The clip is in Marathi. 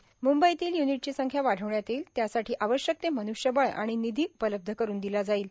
म्ंबईतील य्निटची संख्या वाढविण्यात येईल त्यासाठी आवश्यक ते मन्ष्यबळ आणि निधी उपलब्ध करून दिला जाईल